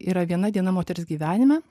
yra viena diena moters gyvenime